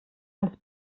els